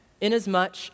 inasmuch